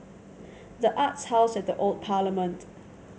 The Arts House at the Old Parliament